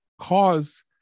cause